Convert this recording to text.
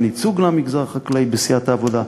ייצוג למגזר החקלאי בסיעת העבודה.